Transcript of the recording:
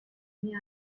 idea